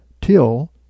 till